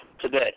today